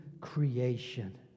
creation